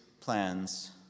plans